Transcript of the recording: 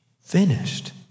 finished